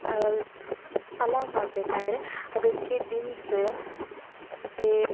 ಪಲಾವು ಮಾಡಬೇಕಾದ್ರೆ ಅದಕ್ಕೆ ಬೀನ್ಸ ಮತ್ತೆ